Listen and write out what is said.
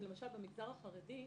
למשל במגזר הספרדי,